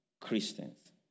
Christians